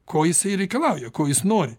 ko jisai reikalauja ko jis nori